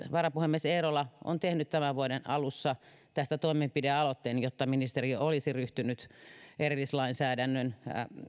varapuhemies eerola on tehnyt tämän vuoden alussa tästä toimenpidealoitteen jotta ministeriö olisi ryhtynyt erillislainsäädännön